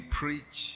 preach